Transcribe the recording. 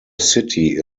city